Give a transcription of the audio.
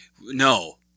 No